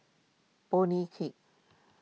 Bonny Hicks